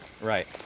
Right